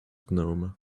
gnome